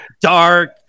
dark